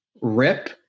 rip